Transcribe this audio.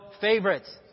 favorites